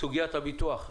בסוגיית הביטוח,